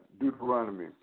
Deuteronomy